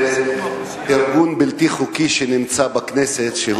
לארגון בלתי חוקי שנמצא בכנסת.